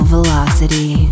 Velocity